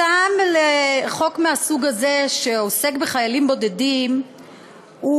הטעם לחוק מהסוג הזה שעוסק בחיילים בודדים הוא